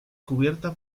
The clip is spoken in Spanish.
cubierta